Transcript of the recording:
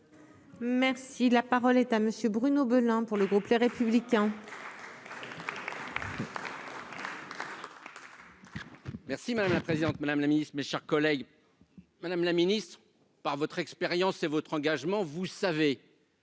Merci, la parole est à monsieur Bruno Belin pour le groupe Les Républicains. Merci madame la présidente, Madame la Ministre, mes chers collègues, Madame la Ministre, par votre expérience et votre engagement, vous savez.